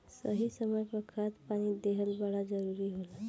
सही समय पर खाद पानी देहल बड़ा जरूरी होला